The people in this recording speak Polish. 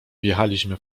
wjechaliśmy